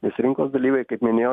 nes rinkos dalyviai kaip minėjo